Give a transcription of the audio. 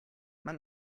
man